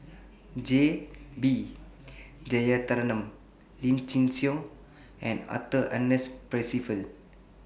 J B Jeyaretnam Lim Chin Siong and Arthur Ernest Percival